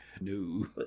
no